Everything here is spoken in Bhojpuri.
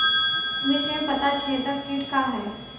मिर्च में पता छेदक किट का है?